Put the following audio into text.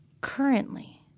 currently